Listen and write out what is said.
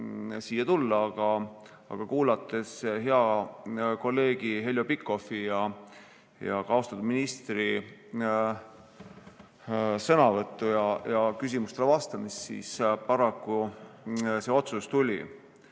siia tulla, aga kuulates hea kolleegi Heljo Pikhofi ja ka austatud ministri sõnavõttu ja küsimustele vastamist, paraku see otsus tuli.